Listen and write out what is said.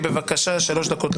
תודה רבה.